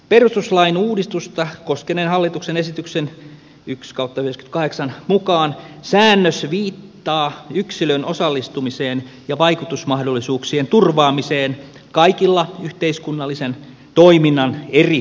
perustuslain uudistusta koskeneen hallituksen esityksen mukaan säännös viittaa yksilön osallistumiseen ja vaikutusmahdollisuuksien turvaamiseen kaikilla yhteiskunnallisen toiminnan eri tasoilla